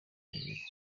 bibiri